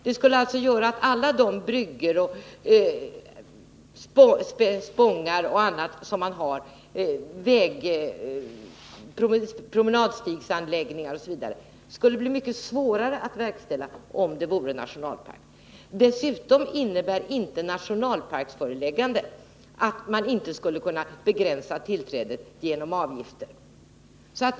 Det skulle alltså göra att bryggor, spångar, promenadstigsanläggningar osv. skulle bli mycket svårare att få till stånd om det vore nationalpark. Dessutom innebär inte nationalparksföreläggande att man inte skulle kunna begränsa tillträdet genom avgifter.